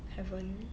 haven't